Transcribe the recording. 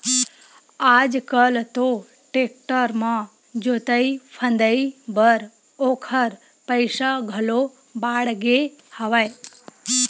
आज कल तो टेक्टर म जोतई फंदई बर ओखर पइसा घलो बाड़गे हवय